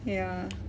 ya